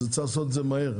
צריך לעשות את זה מהר,